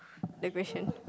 the question